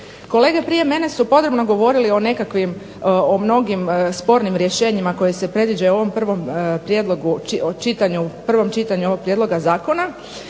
Kolege prije mene su podrobno govorili o nekakvim, o mnogim spornim rješenjima koji se predviđaju u ovom prvom prijedlogu, prvom čitanju ovog prijedloga zakona.